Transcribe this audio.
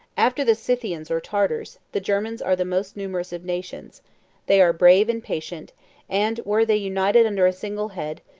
after the scythians or tartars, the germans are the most numerous of nations they are brave and patient and were they united under a single head,